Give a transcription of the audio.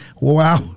wow